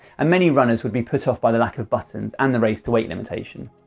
and many runners would be put off by the lack of buttons, and the raise to wake limitation.